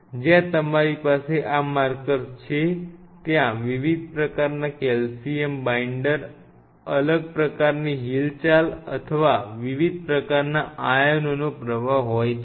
જ્યાં તમારી પાસે આ માર્કર્સ છે ત્યાં વિવિધ પ્રકારના કેલ્શિયમ બાઈન્ડર અલગ પ્રકારની હિલચાલ અથવા વિવિધ પ્રકારના આયનોનો પ્રવાહ હોય છે